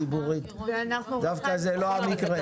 ציבורית, דווקא זה לא המקרה.